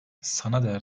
sanader